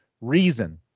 reason